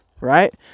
right